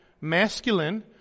masculine